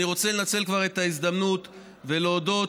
אני רוצה לנצל כבר את ההזדמנות ולהודות